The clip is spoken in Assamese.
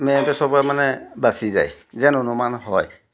মেৰপেছৰপৰা মানে বাচি যায় যেন অনুমান হয়